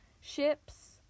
ships